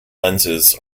lenses